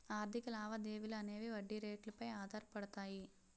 ఆర్థిక లావాదేవీలు అనేవి వడ్డీ రేట్లు పై ఆధారపడతాయి